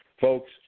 Folks